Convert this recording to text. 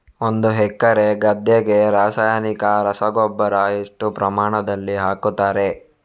ಒಂದು ಎಕರೆ ಗದ್ದೆಗೆ ರಾಸಾಯನಿಕ ರಸಗೊಬ್ಬರ ಎಷ್ಟು ಪ್ರಮಾಣದಲ್ಲಿ ಹಾಕುತ್ತಾರೆ?